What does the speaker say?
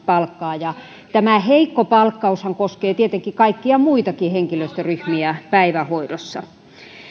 palkkaa tämä heikko palkkaushan koskee tietenkin kaikkia muitakin henkilöstöryhmiä päivähoidossa